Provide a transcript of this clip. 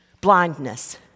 Blindness